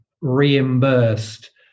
reimbursed